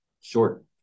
short